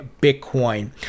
bitcoin